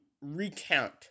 recount